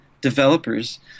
developers